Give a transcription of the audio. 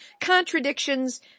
contradictions